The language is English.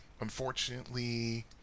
Unfortunately